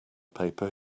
paper